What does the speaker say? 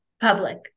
Public